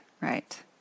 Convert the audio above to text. right